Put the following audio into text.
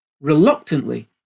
Reluctantly